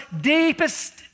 deepest